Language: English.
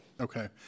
okay